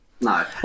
no